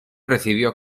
recibió